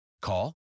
Call